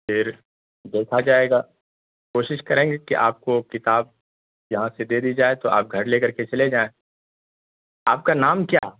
پھر دیکھا جائے گا کوشش کریں گے کہ آپ کو کتاب یہاں سے دے دی جائے تو آپ گھر لے کر کے چلیں جائیں آپ کا نام کیا ہے